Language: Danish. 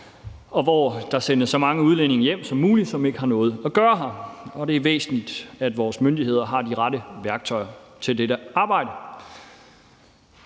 hvor der sendes så mange udlændinge hjem som muligt, som ikke har noget at gøre her, og det er væsentligt, at vores myndigheder har de rette værktøjer til dette arbejde.